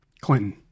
Clinton